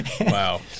Wow